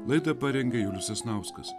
laidą parengė julius sasnauskas